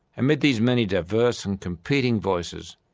amid these many diverse and competing voices,